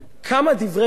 כמה רוע,